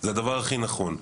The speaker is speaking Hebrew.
זה הדבר הכי נכון.